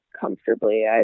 comfortably